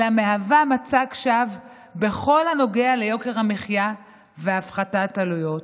אלא מהווה מצג שווא בכל הנוגע ליוקר המחיה והפחתת עלויות.